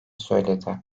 söyledi